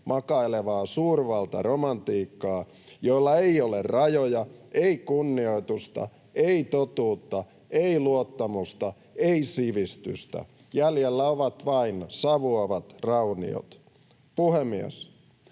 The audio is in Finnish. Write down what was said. makailevaa suurvaltaromantiikkaa, joilla ei ole rajoja, ei kunnioitusta, ei totuutta, ei luottamusta, ei sivistystä. Jäljellä ovat vain savuavat rauniot. Puhemies!